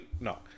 no